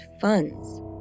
funds